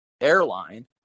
airline